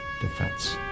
defense